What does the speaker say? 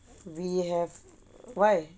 we have why